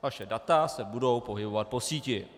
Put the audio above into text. Vaše data se budou pohybovat po síti.